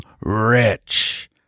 rich